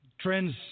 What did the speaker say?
Trends